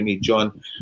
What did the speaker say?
John